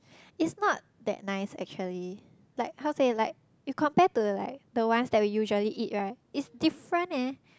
it's not that nice actually like how to say like you compare to like the ones that we usually eat right it's different leh